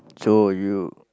so you